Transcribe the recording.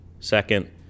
Second